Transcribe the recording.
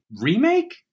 remake